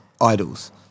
idols